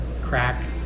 crack